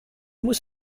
muss